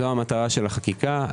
זה מטרת החקיקה.